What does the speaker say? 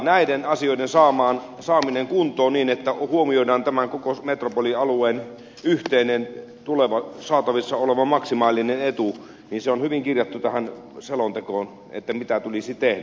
näiden asioiden saaminen kuntoon niin että huomioidaan tämän koko metropolialueen yhteinen tuleva saatavissa oleva maksimaalinen etu on hyvin kirjattu tähän selontekoon ja se mitä tulisi tehdä